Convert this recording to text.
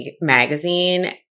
Magazine